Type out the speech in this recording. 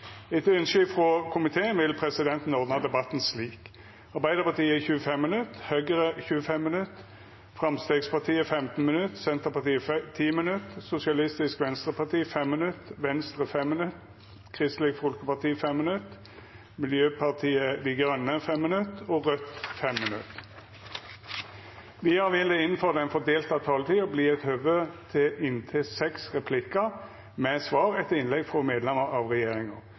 Etter ønske frå utanriks- og forsvarskomiteen vil presidenten ordna debatten slik: Arbeidarpartiet 25 minutt, Høgre 25 minutt, Framstegspartiet 15 minutt, Senterpartiet 10 minutt, Sosialistisk Venstreparti 5 minutt, Venstre 5 minutt, Kristeleg Folkeparti 5 minutt, Miljøpartiet Dei Grøne 5 minutt og Raudt 5 minutt. Vidare vil det – innanfor den fordelte taletida – verta gjeve høve til inntil seks replikkar med svar etter innlegg frå medlemer av regjeringa,